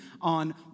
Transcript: on